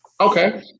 Okay